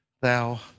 thou